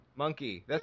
Monkey